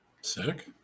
sick